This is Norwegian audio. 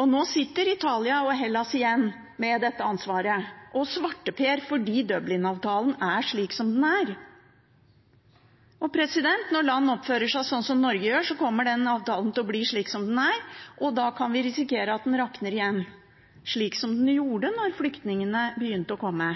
og nå sitter Italia og Hellas igjen med dette ansvaret og svarteper fordi Dublin-avtalen er slik som den er. Og når land oppfører seg sånn som Norge gjør, kommer den avtalen til å bli slik som den er, og da kan vi risikere at den rakner igjen, slik som den gjorde da flyktningene begynte å komme.